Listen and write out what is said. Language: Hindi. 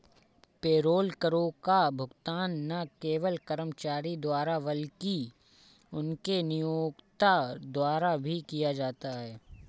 पेरोल करों का भुगतान न केवल कर्मचारी द्वारा बल्कि उनके नियोक्ता द्वारा भी किया जाता है